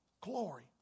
glory